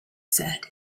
said